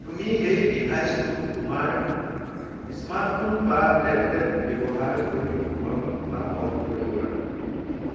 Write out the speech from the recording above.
তুমি সেই ডিভাইচটো তোমাৰ স্মাৰ্টফোন বা টেবলেট ব্যৱহাৰ কৰি অ'ন বা অফ কৰিব পাৰা